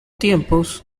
tiempos